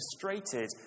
frustrated